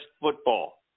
football